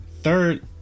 third